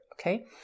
Okay